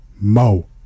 Mo